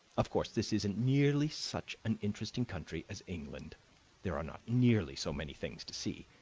of course this isn't nearly such an interesting country as england there are not nearly so many things to see,